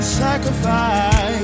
sacrifice